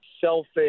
selfish